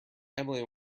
emily